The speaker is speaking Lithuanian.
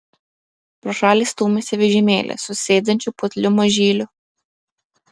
pro šalį stūmėsi vežimėlį su sėdinčiu putliu mažyliu